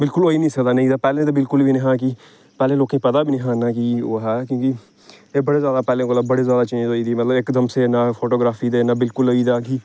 बिलकुल होई निं सकदा नेईं ते पैह्लें ते बिलकुल गै निं हा कि पैह्ले लोकें गी पता बी निं हा इन्ना कि ओह् हा क्योंकि एह् बड़े जैदा पैह्लें कोला बड़े जैदा चेंज होई गेदी मतलब इकदम से ना फोटोग्राफी ते बिलकुल होई एह्दा कि